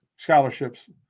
Scholarships